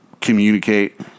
communicate